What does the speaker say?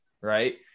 right